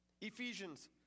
Ephesians